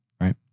right